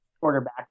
quarterback